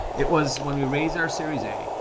it was when we raised our series a,